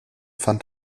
fand